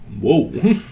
Whoa